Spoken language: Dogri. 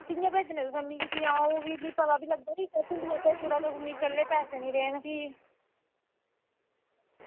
कियां भेजने मिगी तुसें भी मिगी पता बी लग्गग भिंड़ियां भेजी ओड़गी ते कल्लै ई तुस मिगी पैसे निं भेजगे ते भी